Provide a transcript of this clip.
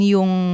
Yung